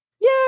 Yay